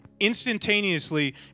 instantaneously